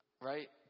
right